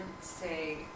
say